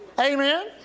Amen